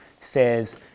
says